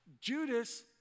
Judas